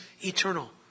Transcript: eternal